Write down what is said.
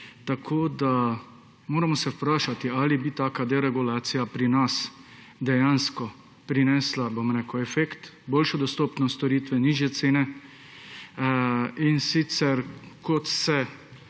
Tako da se moramo vprašati, ali bi taka deregulacija pri nas dejansko prinesla, bom rekel, efekt, boljšo dostopnost storitve, nižje cene, in sicer kot se